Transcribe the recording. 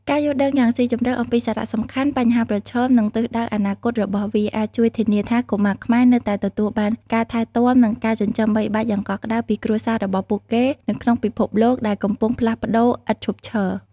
ការយល់ដឹងយ៉ាងស៊ីជម្រៅអំពីសារៈសំខាន់ បញ្ហាប្រឈម និងទិសដៅអនាគតរបស់វា អាចជួយធានាថាកុមារខ្មែរនៅតែទទួលបានការថែទាំ និងការចិញ្ចឹមបីបាច់យ៉ាងកក់ក្ដៅពីគ្រួសាររបស់ពួកគេនៅក្នុងពិភពលោកដែលកំពុងផ្លាស់ប្ដូរឥតឈប់ឈរ។